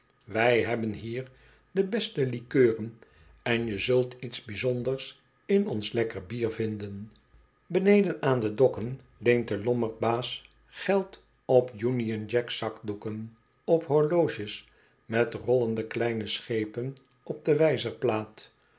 wij hebben hier de beste likeuren en je zult iets bijzonders in ons lekker bier vinden beneden aan de dokken leent de lommerdbaas geld op union jack zakdoeken op horloges met rollende kleine schepen op de